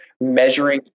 measuring